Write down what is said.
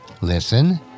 Listen